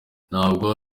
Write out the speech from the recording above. ntabwo